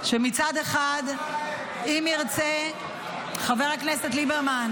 אם ירצה חבר הכנסת ליברמן